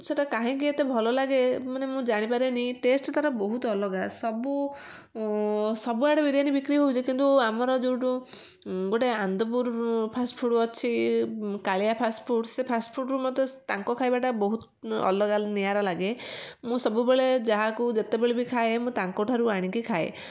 ସେଇଟା କାହିଁକି ଏତେ ଭଲଲାଗେ ମାନେ ମୁଁ ଜାଣି ପାରେନି ଟେଷ୍ଟ ତାର ବହୁତ ଅଲଗା ସବୁ ସବୁଆଡ଼େ ବିରିୟାନି ବିକ୍ରି ହେଉଛି କିନ୍ତୁ ଆମର ଯେଉଁଠୁ ଗୋଟେ ଆନନ୍ଦପୁର ଫାଷ୍ଟ ଫୁଡ଼୍ ଅଛି କାଳିଆ ଫାଷ୍ଟ ଫୁଡ଼୍ ସେ ଫାଷ୍ଟ ଫୁଡ଼୍ରୁ ମୋତେ ତାଙ୍କ ଖାଇବାଟା ବହୁତ ଅଲଗା ନିଆରା ଲାଗେ ମୁଁ ସବୁବେଳେ ଯାହାକୁ ଯେତେବେଳେ ବି ଖାଏ ମୁଁ ତାଙ୍କ ଠାରୁ ଆଣିକି ଖାଏ